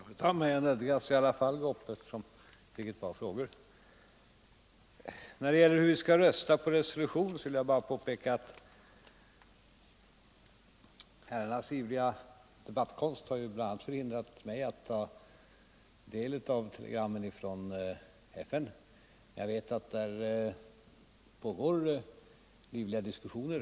Nr 127 | Fru talman! Jag nödgas i alla fall gå upp i talarstolen igen, eftersom Fredagen den jag fick ett par frågor. 22 november 1974 När det gäller hur vi skall rösta beträffande resolutionen vill jag bara i påpeka att herrarnas ivriga debattkonst bl.a. har hindrat mig att ta del — Ang. läget i av telegrammen från FN -— jag vet att där pågår livliga diskussioner.